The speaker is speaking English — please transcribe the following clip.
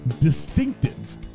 distinctive